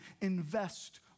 invest